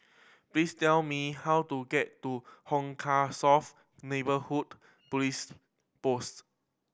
please tell me how to get to Hong Kah South Neighbourhood Police Post